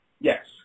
Yes